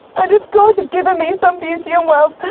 and if god had given me some beauty and wealth,